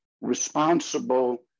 responsible